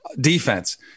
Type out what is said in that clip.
defense